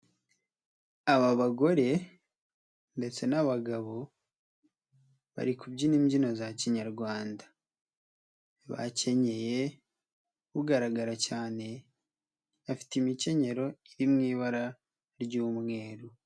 Aba bagore ndetse n'abagabo bari kubyina imbyino za kinyarwanda, bakenyeye ugaragara cyane afite imikenyero iri mu ibara ry'umweru.